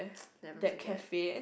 never forget